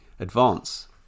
advance